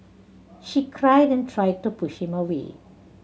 she cried and tried to push him away